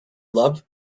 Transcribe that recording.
love